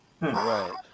Right